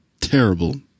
terrible